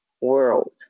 world